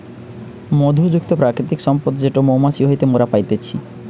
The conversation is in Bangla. মধু যুক্ত প্রাকৃতিক সম্পদ যেটো মৌমাছি হইতে মোরা পাইতেছি